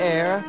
Air